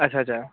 আচ্ছা আচ্ছা